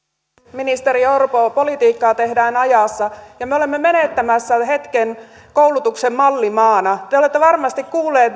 ministeri orpo politiikkaa tehdään ajassa ja me olemme menettämässä hetken koulutuksen mallimaana te olette varmasti